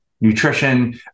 Nutrition